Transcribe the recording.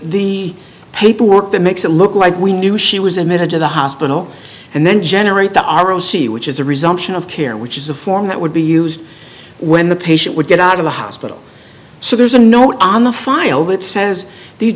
the paperwork that makes it look like we knew she was admitted to the hospital and then generate the r o c which is a resumption of care which is a form that would be used when the patient would get out of the hospital so there's a note on the file that says the